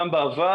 גם בעבר,